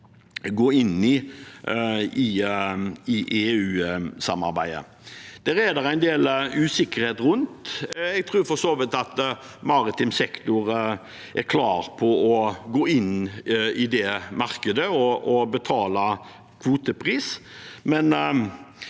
å gå inn i i EU-samarbeidet. Det er det en del usikkerhet rundt. Jeg tror for så vidt maritim sektor er klar for å gå inn i det markedet og betale kvotepris,